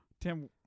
Tim-